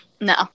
No